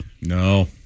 No